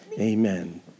amen